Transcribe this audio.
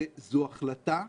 זו החלטה.